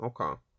okay